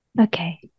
okay